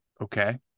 Okay